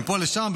מפה לשם,